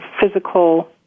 physical